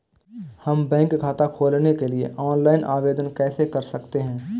हम बैंक खाता खोलने के लिए ऑनलाइन आवेदन कैसे कर सकते हैं?